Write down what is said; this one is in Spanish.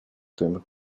temas